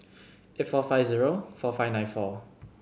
eight four five zero four five nine four